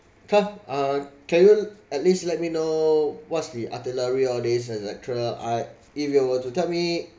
come uh can you at least let me know what's the itinerary all these et cetera ah if you were to tell me